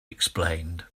explained